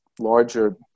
larger